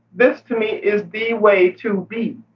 this, to me, is the way to be.